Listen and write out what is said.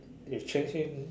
you change him